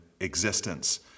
existence